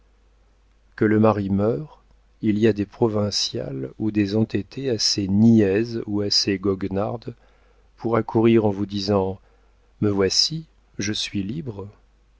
que le mari meure il y a des provinciales ou des entêtées assez niaises ou assez goguenardes pour accourir en vous disant me voici je suis libre